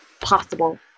possible